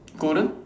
golden